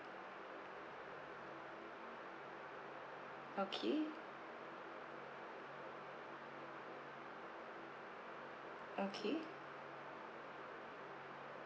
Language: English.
okay okay